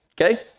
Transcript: Okay